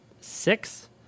Six